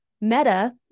Meta